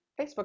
facebook